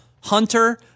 Hunter